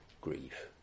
grief